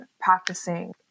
practicing